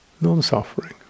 non-suffering